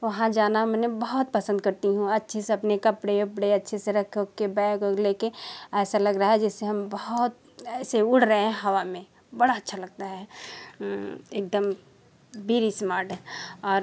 वहाँ जाना मने बहुत पसंद करती हूँ अच्छे से अपने कपड़े उपड़े अच्छे से रख उख के बैग उग ले के ऐसा लग रहा जैसे हम बहुत ऐसे उड़ रहे वहाँ में बड़ा अच्छा लगता है एकदम बिरइस्मार्ड और